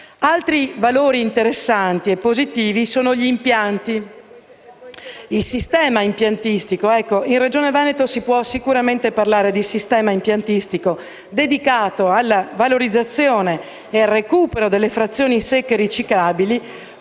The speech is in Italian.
Altri valori interessanti e positivi sono gli impianti. In Regione Veneto si può sicuramente parlare di sistema impiantistico dedicato alla valorizzazione e al recupero delle frazioni secche riciclabili,